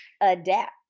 Adapt